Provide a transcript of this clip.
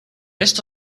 esto